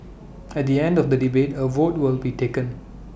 at the end of the debate A vote will be taken